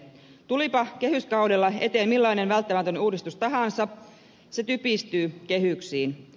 tulipa kehyskaudella eteen millainen välttämätön uudistus tahansa se typistyy kehyksiin